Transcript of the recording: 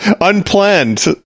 Unplanned